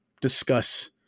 discuss